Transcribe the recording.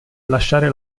lasciare